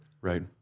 Right